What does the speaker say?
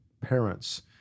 parents